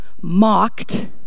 mocked